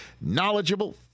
knowledgeable